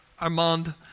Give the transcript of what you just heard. Armand